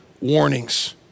warnings